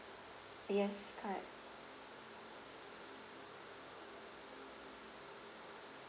yes correct